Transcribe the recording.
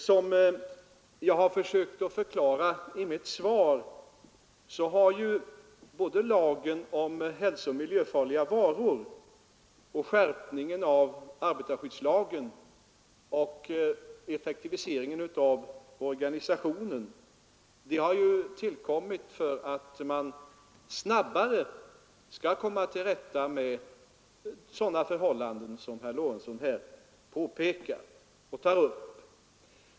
Som jag sökt förklara i mitt svar har ju lagen om hälsooch miljöfarliga varor, skärpningen av arbetarskyddslagen och effektiviseringen av organisationen tillkommit för att man snabbare skall komma till rätta med sådana förhållanden som herr Lorentzon här tar upp.